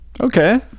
Okay